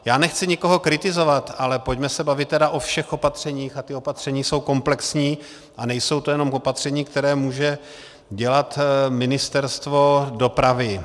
Já nechci nikoho kritizovat, ale pojďme se tedy bavit o všech opatřeních a ta opatření jsou komplexní a nejsou to jenom opatření, která může dělat Ministerstvo dopravy.